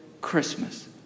Christmas